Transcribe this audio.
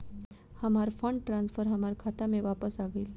हमार fund transfer हमार खाता में वापस आ गइल